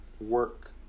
work